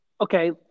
okay